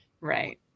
right